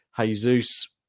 Jesus